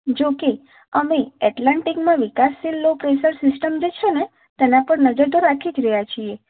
જો કે અમે એટલાન્ટિકમાં વિકાસશીલ લો પ્રેસર સિસ્ટમ જે છે ને તેના પર નજર તો રાખી જ રહ્યા છીએ